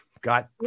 Got